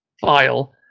file